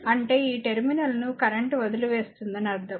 అంటే ఈ టెర్మినల్ను కరెంట్ వదిలివేస్తుందని అర్థం